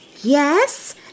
Yes